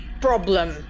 problem